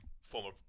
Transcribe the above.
former